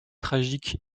tragique